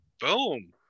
Boom